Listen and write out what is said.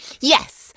Yes